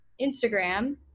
Instagram